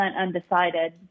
undecided